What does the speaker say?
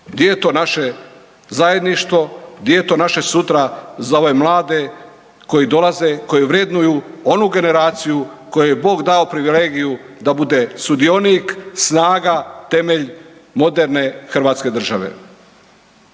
gdje je to naše zajedništvo, gdje je to naše sutra za ove mlade koji dolaze koji vrednuju onu generaciju kojoj je Bog dao privilegiju da bude sudionik, snaga, temelj moderne hrvatske države.